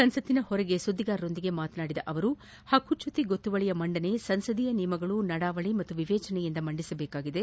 ಸಂಸತ್ನ ಹೊರಗೆ ಸುಧಿಗಾರರೊಂದಿಗೆ ಮಾತನಾಡಿದ್ ಅವರು ಪಕ್ಷಚ್ಚುತಿ ಗೊತ್ಸುವಳಿಯ ಮಂಡನೆ ಸಂಸದೀಯ ನಿಯಮಗಳು ನಡಾವಳಿ ಮತ್ತು ವಿವೇಚನೆಯಿಂದ ಮಂಡಿಸಬೇಕಾಗಿದೆ